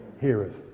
Heareth